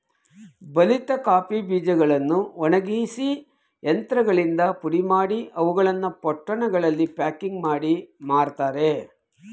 ಬಲಿತ ಕಾಫಿ ಬೀಜಗಳನ್ನು ಒಣಗಿಸಿ ಯಂತ್ರಗಳಿಂದ ಪುಡಿಮಾಡಿ, ಅವುಗಳನ್ನು ಪೊಟ್ಟಣಗಳಲ್ಲಿ ಪ್ಯಾಕಿಂಗ್ ಮಾಡಿ ಮಾರ್ತರೆ